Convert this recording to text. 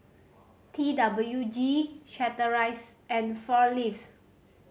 T W G Chateraise and Four Leaves